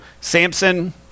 Samson